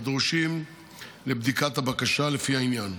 הדרושים לבדיקת הבקשה, לפי העניין.